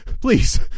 please